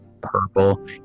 Purple